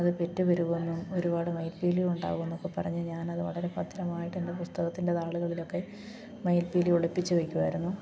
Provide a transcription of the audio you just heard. അത് പെറ്റു പെരുകുമെന്നും ഒരുപാട് മയിൽപ്പീലി ഉണ്ടാകുവെന്നൊക്കെ പറഞ്ഞ് ഞാനത് വളരെ ഭദ്രമായിട്ടെൻ്റെ പുസ്തകത്തിൻ്റെ താളുകളിലൊക്കെ മയിൽപ്പീലി ഒളിപ്പിച്ച് വെക്കുമായിരുന്നു